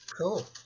cool